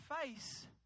face